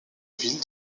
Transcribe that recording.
ville